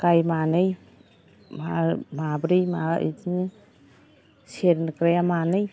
गाय मानै माब्रै मा बिदिनो सेरग्राया मानै